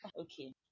okay